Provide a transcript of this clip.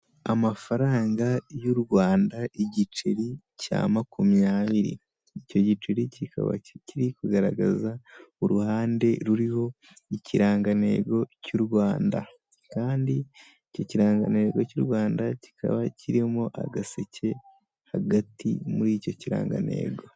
Amafaranga y'u Rwanda igiceri cya makumyabiri, icyo giceri kikaba kikiriri kugaragaza uruhande ruriho ikirangantego cy'u Rwanda, kandi iki kiranrizwa cy'u Rwanda kikaba kirimo agaseke hagati muri icyo kirangantego.